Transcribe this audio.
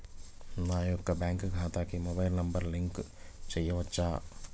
నా యొక్క బ్యాంక్ ఖాతాకి మొబైల్ నంబర్ లింక్ చేయవచ్చా?